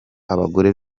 abagore